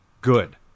good